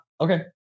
okay